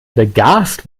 begast